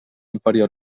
inferior